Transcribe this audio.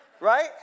right